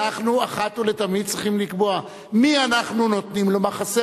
אנחנו אחת ולתמיד צריכים לקבוע למי אנחנו נותנים מחסה